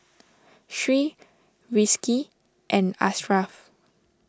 Sri Rizqi and Ashraf